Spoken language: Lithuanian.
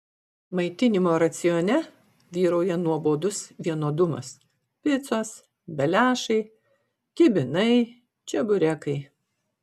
maitinimo racione vyrauja nuobodus vienodumas picos beliašai kibinai čeburekai